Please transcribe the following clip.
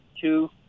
two